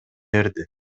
берди